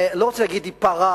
אני לא רוצה להגיד ייפרע,